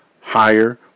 higher